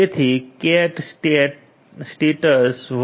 તેથી cat stats 1